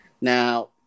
Now